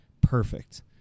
perfect